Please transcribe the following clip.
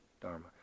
Dharma